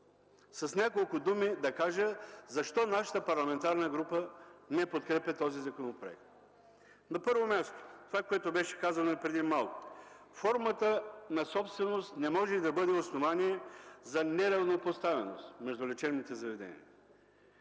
с няколко думи да кажа защо нашата парламентарна група не подкрепя този законопроект. На първо място, това, което беше казано и преди малко – формата на собственост не може да бъде основание за неравнопоставеност между лечебните заведения.